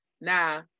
Now